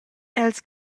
els